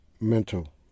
mental